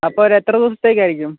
അപ്പോൾ ഒരെത്ര ദിവസത്തേക്കായിരിക്കും